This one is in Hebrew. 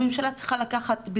הממשלה צריכה לקחת אחריות,